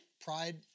Pride